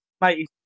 mate